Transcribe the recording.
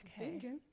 Okay